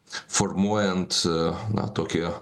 formuojant na tokį